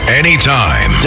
anytime